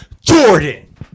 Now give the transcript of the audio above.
Jordan